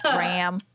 ram